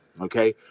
okay